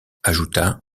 ajouta